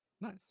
Nice